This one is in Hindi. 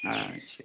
अच्छा